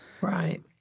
Right